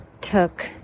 took